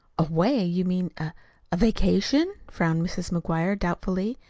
away! you mean a a vacation? frowned mrs. mcguire doubtfully.